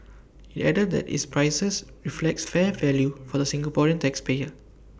IT added that its prices reflects fair value for the Singaporean tax payer